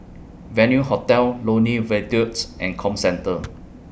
Venue Hotel Lornie Viaducts and Comcentre